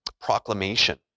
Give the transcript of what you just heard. proclamation